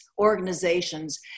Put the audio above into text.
organizations